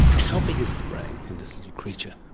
how big is the brain in this little creature?